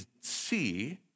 see